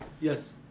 Yes